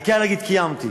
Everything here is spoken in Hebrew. העיקר להגיד: קיימתי.